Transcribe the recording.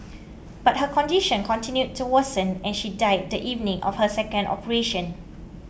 but her condition continued to worsen and she died the evening of her second operation